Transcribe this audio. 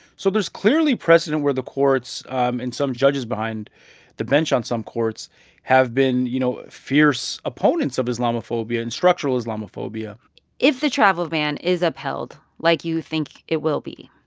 so there's clearly precedent where the courts and some judges behind the bench on some courts have been, you know, fierce opponents of islamophobia and structural islamophobia if the travel ban is upheld like you think it will be,